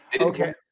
Okay